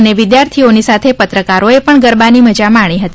અને વિદ્યાર્થોની સાથે પત્રકારોએ પણ ગરબાની મજા માણી હતી